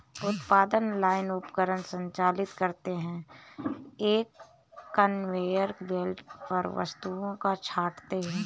उत्पादन लाइन उपकरण संचालित करते हैं, एक कन्वेयर बेल्ट पर वस्तुओं को छांटते हैं